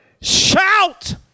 Shout